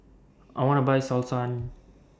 I want to Buy Selsun